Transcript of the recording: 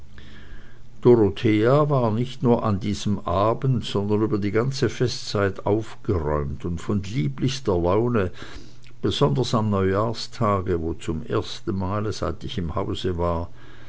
dorothea war nicht nur an diesem abend sondern über die ganze festzeit aufgeräumt und von lieblichster laune besonders am neujahrstage wo zum ersten male seit ich im hause war